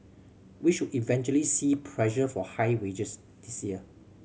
we should eventually see pressure for higher wages this year